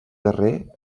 darrer